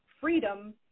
Freedom